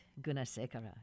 Gunasekara